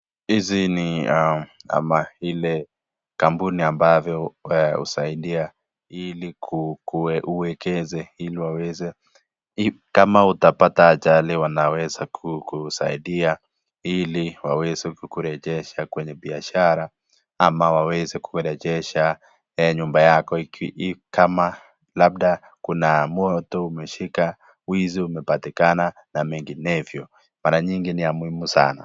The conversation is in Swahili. Hizi ni ama hile kampuni ambavyo usaidie ili kuwekeze ili waweze. Kama utapata ajali wanaweza kukusaidia ili waweze kukurejesha kwenye biashara ama waweze kukurejesha nyumba yako ikiwa kama labda kuna moto umeshika, wizi umepatikana na menginevyo. Mara nyingi ni ya muhimu sana.